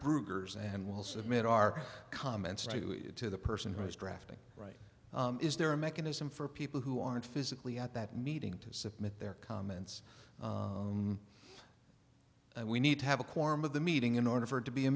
berger's and will submit our comments to the person who is drafting right is there a mechanism for people who aren't physically at that meeting to submit their comments and we need to have a quorum of the meeting in order for it to be a